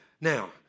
Now